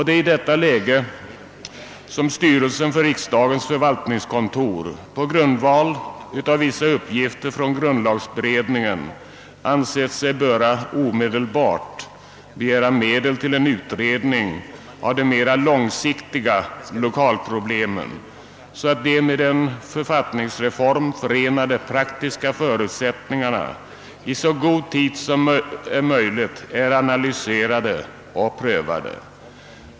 Det är i detta läge styrelsen för riksdagens förvaltningskontor på grundval av vissa uppgifter från grundlagbered ningen ansett sig böra omedelbart begära medel till en utredning av de mera långsiktiga lokalproblemen, för att de med en författningsreform förenade praktiska problemen i så god tid som möjligt skall bli analyserade och prövade.